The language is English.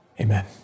Amen